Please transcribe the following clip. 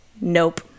nope